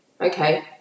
Okay